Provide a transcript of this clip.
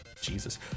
Jesus